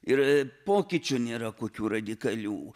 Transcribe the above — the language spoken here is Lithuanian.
ir pokyčių nėra kokių radikalių